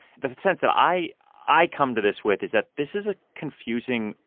the sense that i i come to this with is that this is a confusing,